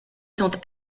tentes